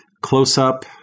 Close-up